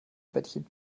bettchen